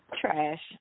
Trash